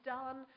done